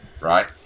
right